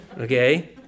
okay